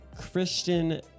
Christian